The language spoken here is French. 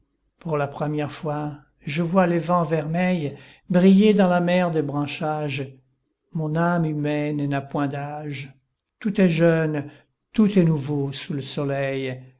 pour la première fois je vois les vents vermeils briller dans la mer des branchages mon âme humaine n'a point d'âge tout est jeune tout est nouveau sous le soleil